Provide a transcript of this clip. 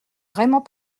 vraiment